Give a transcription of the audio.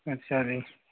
अच्छा जी